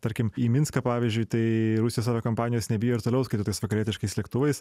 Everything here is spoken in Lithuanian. tarkim į minską pavyzdžiui tai rusijos aviakompanijos nebijo ir toliau skraido tais vakarietiškais lėktuvais